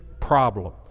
problem